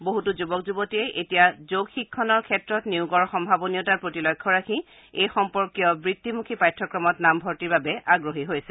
বহুতো যুৱক যুৱতীয়ে এতিয়া যোগ শিক্ষণৰ ক্ষেত্ৰত নিয়োগৰ সম্ভাৱনীয়তাৰ প্ৰতি লক্ষ্য ৰাখি এই সম্পৰ্কীয় বৃত্তিমুখী পাঠ্যক্ৰমত নামভৰ্তিৰ বাবে আগ্ৰহী হৈছে